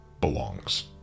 belongs